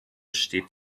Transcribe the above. steht